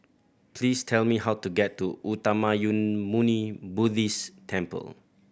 please tell me how to get to Uttamayanmuni Buddhist Temple